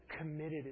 committed